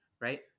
right